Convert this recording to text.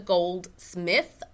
Goldsmith